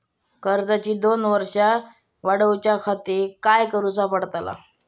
कर्जाची दोन वर्सा वाढवच्याखाती काय करुचा पडताला?